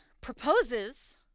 proposes